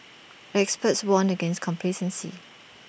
the experts warned against complacency